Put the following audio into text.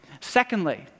Secondly